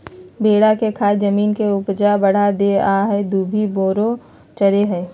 भेड़ा के खाद जमीन के ऊपजा बढ़ा देहइ आ इ दुभि मोथा चरै छइ